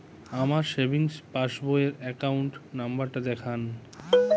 আমার সেভিংস পাসবই র অ্যাকাউন্ট নাম্বার টা দেখান?